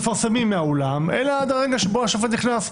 נפרדת לחשודים אלא הם מובלים מתוך מסדרונות בית